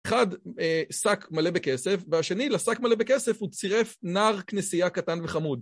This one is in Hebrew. אחד, שק מלא בכסף, והשני, לשק מלא בכסף הוא צירף נער כנסייה קטן וחמוד.